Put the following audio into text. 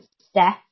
step